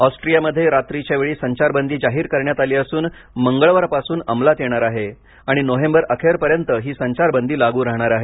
ऑस्ट्रियामध्ये रात्रीच्यावेळी संचारबंदी जाहीर करण्यात आली असून मंगळवारपासून अंमलात येणार आहे आणि नोव्हेंबर अखेरपर्यंत ही संचारबंदी लागू राहणार आहे